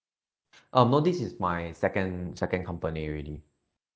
uh no this is my second second company already